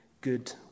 Good